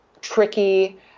tricky